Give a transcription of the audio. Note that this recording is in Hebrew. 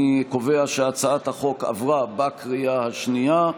אני קובע שהצעת החוק עברה בקריאה השנייה.